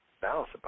balance